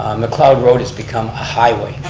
um mcleod road has become a highway.